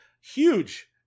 huge